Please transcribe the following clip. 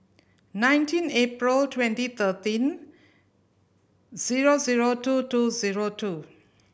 nineteen April twenty thirteen zero zero two two zero two